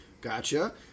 gotcha